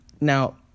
Now